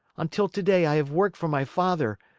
until today i have worked for my father.